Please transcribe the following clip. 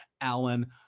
Alan